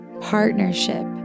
partnership